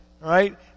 right